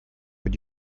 but